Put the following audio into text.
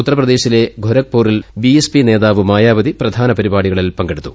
ഉത്തർപ്രദേശിലെ ഖൊരക്പൂരിൽ B S P നേതാവ് മായാവതി പ്രചാരണ പരിപാടികളിൽ പങ്കെടുത്തു